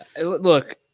Look